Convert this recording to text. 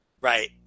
Right